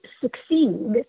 succeed